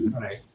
right